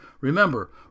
Remember